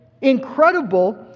incredible